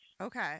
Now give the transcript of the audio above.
Okay